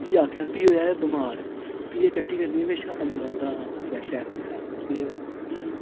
फिह् आखेआ फ्ही होआ एह् बिमार फ्ही एह् टट्टी करने गी हमेशा अंदर औंदा हा फलैश ते फ्ही